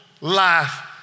life